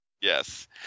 Yes